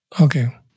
Okay